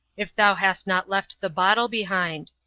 if thou hast not left the bottle behind.